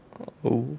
orh oh